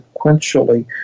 sequentially